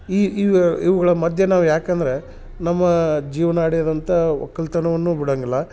ಈ ಇವ ಇವುಗಳ ಮಧ್ಯ ನಾವು ಯಾಕಂದ್ರ ನಮ್ಮ ಜೀವನ ನಡಿಯದಂಥ ಒಕ್ಕಲ್ತನವನ್ನು ಬಿಡುವಂಗಿಲ್ಲ